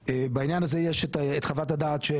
בעניין הזה יש את חוות הדעת של